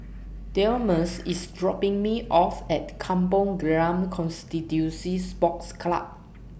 Delmus IS dropping Me off At Kampong Glam Constituency Sports Club